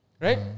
Right